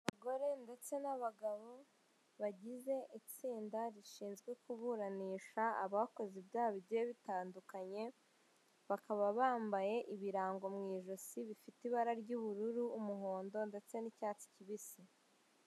Abagore ndetse n'abagabo bagize itsinda rishinzwe kuburanisha abakoze ibyaha bigiye bitandukanye, bakaba bambaye ibirango mu ijosi bifite ibara ry'ubururu, umuhondo ndetse n'icyatsi kibisi.